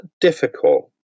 difficult